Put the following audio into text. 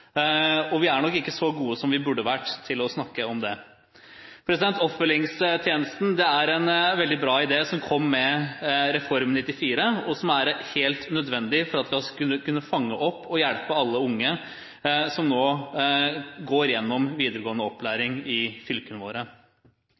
og vi er nok ikke så gode som vi burde ha vært til å snakke om det. Oppfølgingstjenesten er en veldig bra idé som kom med Reform 94, og som er helt nødvendig for å kunne fange opp og hjelpe alle unge som nå går gjennom videregående